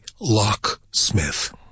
locksmith